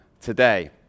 today